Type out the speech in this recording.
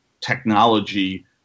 technology